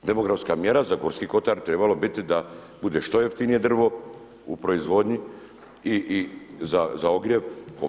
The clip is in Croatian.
Demografska mjera za Gorski kotar bi trebalo biti da bude što jeftinije drvo u proizvodnji i za ogrjev.